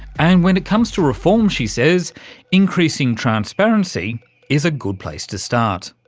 and when it comes to reform, she says increasing transparency is a good place to start.